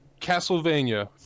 Castlevania